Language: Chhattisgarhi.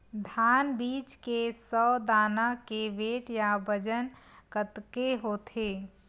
धान बीज के सौ दाना के वेट या बजन कतके होथे?